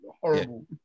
horrible